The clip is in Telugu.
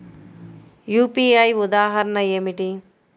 యూ.పీ.ఐ ఉదాహరణ ఏమిటి?